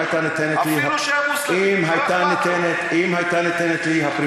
אם הייתה ניתנת לי,